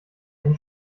eine